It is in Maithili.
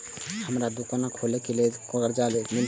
हमरा दुकान खोले के लेल दूसरा से कर्जा केना मिलते?